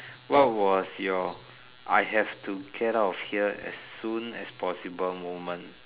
what was your I have to get out of here as soon as possible moment